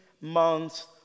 months